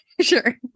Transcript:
sure